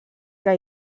que